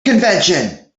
convention